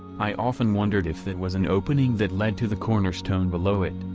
i often wondered if that was an opening that led to the cornerstone below it,